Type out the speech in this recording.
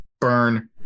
burn